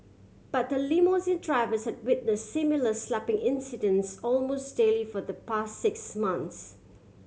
but limousine driver has witness similar slapping incidents almost daily for the past six months